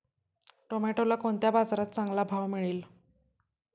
टोमॅटोला कोणत्या बाजारात चांगला भाव मिळेल?